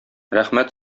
рәхмәт